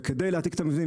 וכדי להעתיק את המבנים,